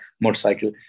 motorcycle